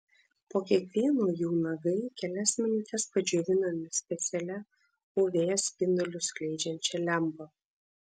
po kiekvieno jų nagai kelias minutes padžiovinami specialia uv spindulius skleidžiančia lempa